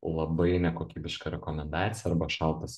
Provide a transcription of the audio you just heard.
labai nekokybiška rekomendacija arba šaltas